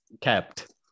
Kept